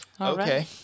Okay